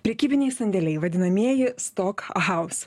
prekybiniai sandėliai vadinamieji stok haus